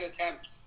attempts